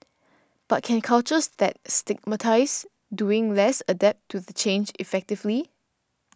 but can cultures that 'stigmatise' doing less adapt to the change effectively